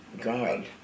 God